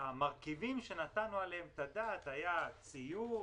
המרכיבים שנתנו עליהם את הדעת היו ציוד,